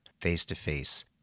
face-to-face